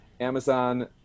Amazon